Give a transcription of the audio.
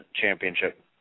championship